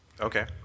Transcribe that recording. Okay